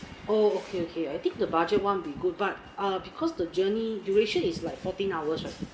oh okay okay I think the budget [one] is good but because the journey duration is like fourteen hours right